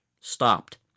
stopped